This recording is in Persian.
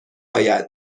آید